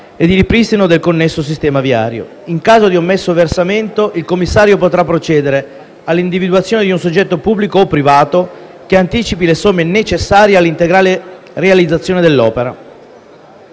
e di ripristino del connesso sistema viario. In caso di omesso versamento, il commissario potrà procedere all’individuazione di un soggetto pubblico o privato che anticipi le somme necessarie alla integrale realizzazione delle opere.